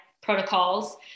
protocols